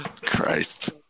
Christ